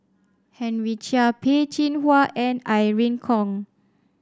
Henry Chia Peh Chin Hua and Irene Khong